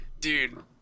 Dude